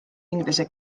inglise